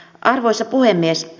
arvoisa puhemies